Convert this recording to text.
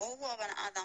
אנחנו